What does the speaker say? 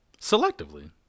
Selectively